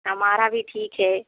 हमारा भी ठीक है